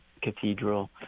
cathedral